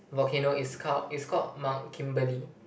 volcano it's called it's called Mount Kimberly